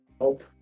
hope